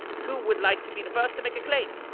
who would like to be the first to make a claim?